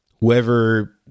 whoever